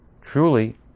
truly